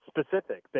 specific